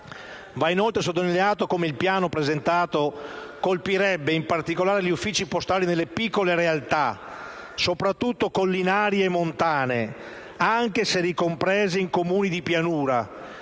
Va inoltre sottolineato come il Piano presentato colpirebbe in particolare gli uffici postali nelle piccole realtà, soprattutto collinari e montane, anche se ricomprese nei Comuni di pianura.